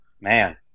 Man